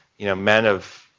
you know, men have,